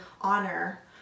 honor